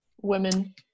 Women